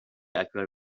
اکبر